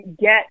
get